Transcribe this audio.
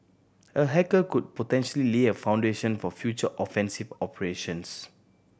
a hacker could potentially a foundation for future offensive operations